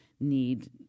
need